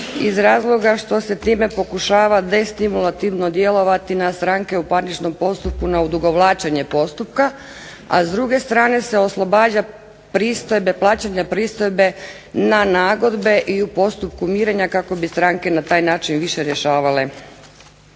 iz razloga što se time pokušava destimulativno djelovati na stranke u parničnom postupku, na odugovlačenje, a s druge strane se oslobađa plaćanja pristojbe na nagodbe i u postupku mirenja kako bi stranke na taj način više rješavale